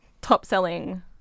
Top-selling